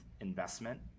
investment